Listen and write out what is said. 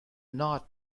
not